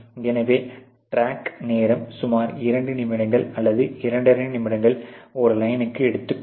எனவே டிரக் நேரம் சுமார் இரண்டு நிமிடங்கள் அல்லது இரண்டரை நிமிடங்கள் ஒரு லைனுக்கு எடுத்துக்கொள்ளும்